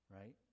Right